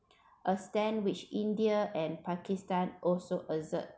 a stand which india and pakistan also assert